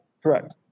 Correct